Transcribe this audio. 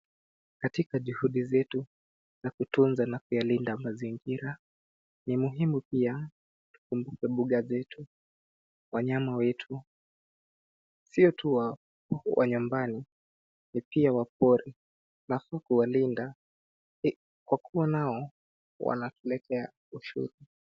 Katika juhudi zetu za kutunza na kuyalinda mazingira ni muhimu pia tukumbuke mbuga zetu, wanyama wetu sio tu wa nyumbani na pia wa pori alafu kuwalinda kwa kuwa nao wanatuletea ushuru.